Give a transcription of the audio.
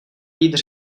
být